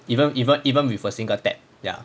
even even even with a single tap ya